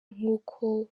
nk’uko